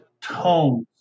tones